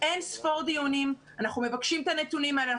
אין-ספור דיונים אנחנו מבקשים את הנתונים האלה.